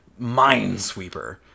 minesweeper